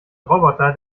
roboter